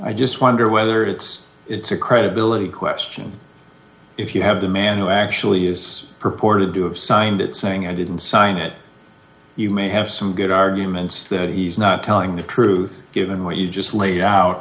i just wonder whether it's it's a credibility question if you have the man who actually is purported to have signed it saying i didn't sign it you may have some good arguments that he's not telling the truth given what you just laid out